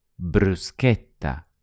bruschetta